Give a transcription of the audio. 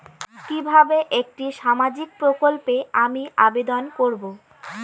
কিভাবে একটি সামাজিক প্রকল্পে আমি আবেদন করব?